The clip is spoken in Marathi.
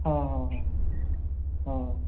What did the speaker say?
हं हं हं हं